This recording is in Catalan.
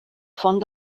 font